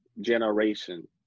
generation